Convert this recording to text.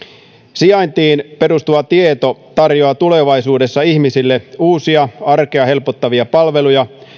sijaintiin perustuva tieto tarjoaa tulevaisuudessa ihmisille uusia arkea helpottavia palveluja